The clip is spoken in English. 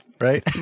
Right